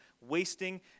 wasting